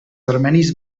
armenis